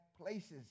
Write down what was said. places